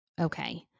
okay